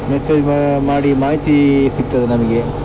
message ಮಾಡಿ ಮಾಹಿತಿ ಸಿಕ್ತದೆ ನಮಗೆ